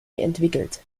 entwickelt